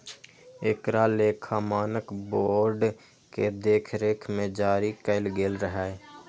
एकरा लेखा मानक बोर्ड के देखरेख मे जारी कैल गेल रहै